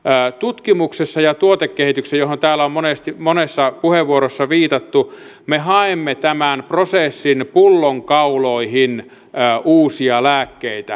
tutkimuksessa ja tuotekehityksessä johon täällä on monessa puheenvuorossa viitattu me haemme tämän prosessin pullonkauloihin uusia lääkkeitä